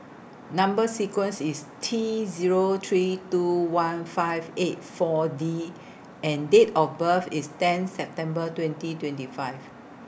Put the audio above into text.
Number sequence IS T Zero three two one five eight four D and Date of birth IS ten September twenty twenty five